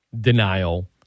denial